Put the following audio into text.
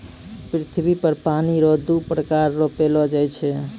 पृथ्वी पर पानी रो दु प्रकार रो पैलो जाय छै